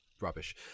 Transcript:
rubbish